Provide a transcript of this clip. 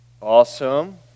Awesome